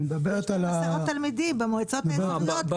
הסעות תלמידים במועצות האזוריות.